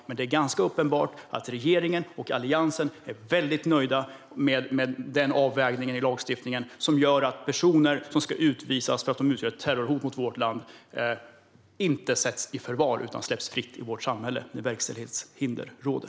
Men det är ganska uppenbart att regeringen och Alliansen är väldigt nöjda med den avvägning i lagstiftningen som gör att personer som ska utvisas därför att de utgör ett terrorhot mot vårt land inte sätts i förvar utan släpps fria i vårt samhälle när verkställighetshinder råder.